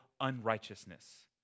unrighteousness